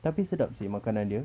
tapi sedap seh makanan dia